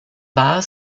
war